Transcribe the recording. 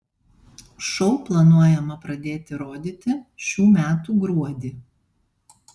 šou planuojama pradėti rodyti šių metų gruodį